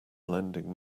lending